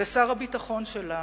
ושר הביטחון שלה